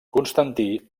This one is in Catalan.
constantí